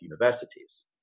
universities